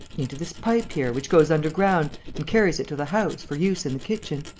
into this pipe here, which goes under ground and carries it to the house, for use in the kitchen.